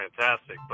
fantastic